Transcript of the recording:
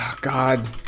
God